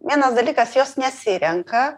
vienas dalykas jos nesirenka